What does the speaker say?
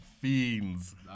Fiends